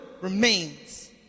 remains